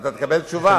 ואתה תקבל תשובה.